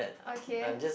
okay